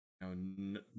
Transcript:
no